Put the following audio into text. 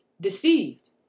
deceived